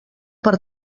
per